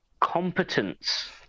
competence